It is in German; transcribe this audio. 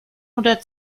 oder